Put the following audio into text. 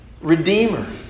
Redeemer